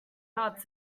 hard